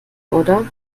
oder